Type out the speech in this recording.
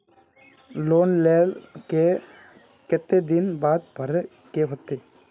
Loan लेल के केते दिन बाद भरे के होते?